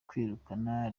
kwirukana